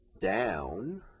down